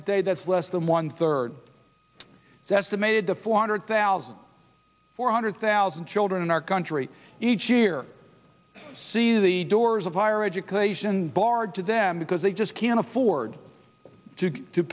today that's less than one third of the estimated the four hundred thousand four hundred thousand children in our country each year see the doors of higher education barred to them because they just can't afford to